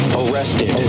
arrested